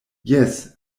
jes